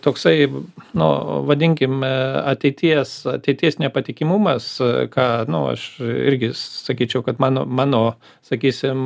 toksai nu vadinkime ateities ateities nepatikimumas ką nu aš irgi sakyčiau kad mano mano sakysim